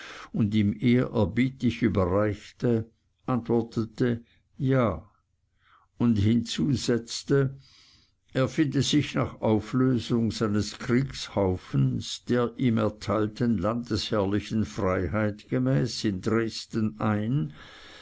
und ihm ehrerbietig überreichte antwortete ja und hinzusetzte er finde sich nach auflösung seines kriegshaufens der ihm erteilten landesherrlichen freiheit gemäß in dresden ein